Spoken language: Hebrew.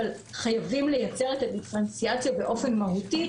אבל חייבים לייצר את הדיפרנציאציה באופן מהותי,